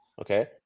okay